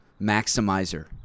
maximizer